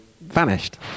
vanished